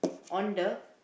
on the